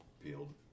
peeled